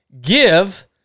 give